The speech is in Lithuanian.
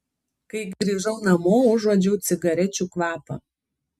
kai grįžau namo užuodžiau cigarečių kvapą